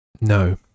No